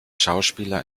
schauspieler